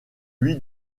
lui